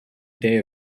day